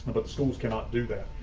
but schools cannot do that.